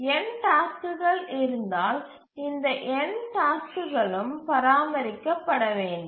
n டாஸ்க்குகள் இருந்தால் இந்த n டாஸ்க்குகளும் பராமரிக்கப்பட வேண்டும்